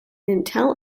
intel